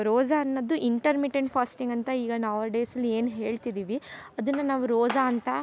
ರೋಸ ಅನ್ನದು intermittent fasting ಅಂತ ಈಗ ನವ ಡೇಸಲ್ಲಿ ಏನು ಹೇಳ್ತಿದ್ದೀವಿ ಅದನ್ನ ನಾವು ರೋಸಾ ಅಂತ